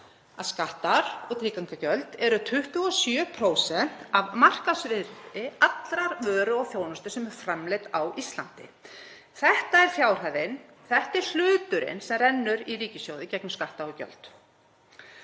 að skattar og tryggingagjöld eru 27% af markaðsvirði allrar vöru og þjónustu sem er framleidd á Íslandi. Þetta er fjárhæðin. Þetta er hlutinn sem rennur í ríkissjóð í gegnum skatta og gjöld.